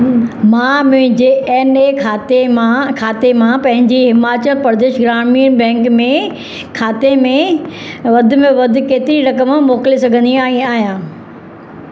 मां मुंहिंजे एन ए खाते मां खाते मां पंहिंजे हिमाचल प्रदेश ग्रामीण बैंक में खाते में वधि में वधि केतिरी रक़म मोकिले सघंदी आहि आहियां